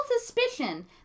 suspicion